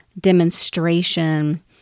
demonstration